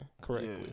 Correctly